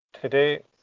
today